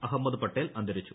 അഹമ്മദ് പട്ടേൽ അന്തരിച്ചു